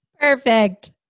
Perfect